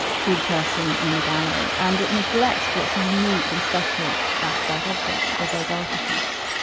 to the person in the gallery, and it neglects what's unique and special about that object, or those artefacts.